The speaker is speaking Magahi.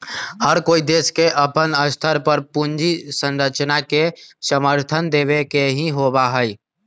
हर कोई देश के अपन स्तर पर पूंजी संरचना के समर्थन देवे के ही होबा हई